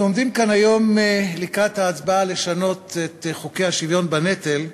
אנחנו עומדים כאן היום לקראת ההצבעה הבאה לשנות את חוקי השוויון בנטל,